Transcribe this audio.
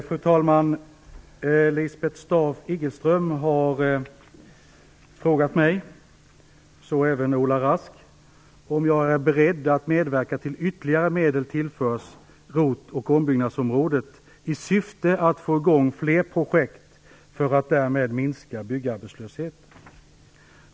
Fru talman! Lisbeth Staaf-Igelström och Ola Rask har frågat om jag är beredd att medverka till att ytterligare medel tillförs ROT och ombyggnadsområdet i syfte att få i gång fler projekt och därmed minska byggarbetslösheten.